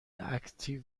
اکتیو